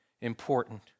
important